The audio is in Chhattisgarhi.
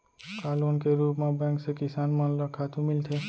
का लोन के रूप मा बैंक से किसान मन ला खातू मिलथे?